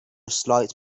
slight